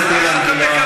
חבר הכנסת אילן גילאון,